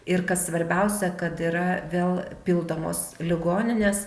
ir kas svarbiausia kad yra vėl pildomos ligoninės